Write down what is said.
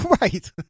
Right